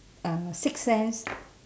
a sixth sense